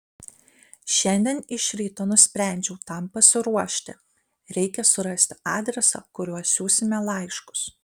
šiandien iš ryto nusprendžiau tam pasiruošti reikia surasti adresą kuriuo siųsime laiškus